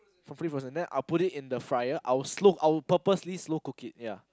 completely unfrozen then I will put it in the fryer I'll slow I will purposely slow cook it ya